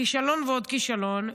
כישלון ועוד כישלון,